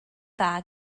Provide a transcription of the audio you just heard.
dda